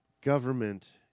government